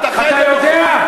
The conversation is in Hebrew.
אתה יודע?